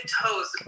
toes